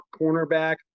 cornerback